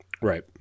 right